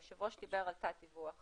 היושב ראש דיבר על תת דיווח.